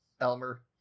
elmer